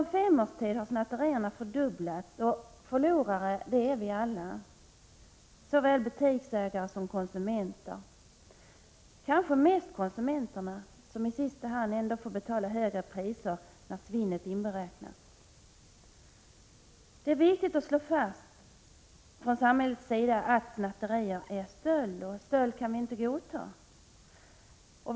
På fem år har antalet snatterier fördubblats, och förlorare är alla, såväl butiksägare som konsumenter. Det kanske är konsumenterna som förlorar mest, som i sista hand får betala högre priser när svinnet inräknas. Det är viktigt att från samhällets sida slå fast att snatterier är stöld och att stöld inte kan godtas.